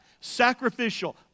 sacrificial